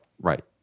right